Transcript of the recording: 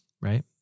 Right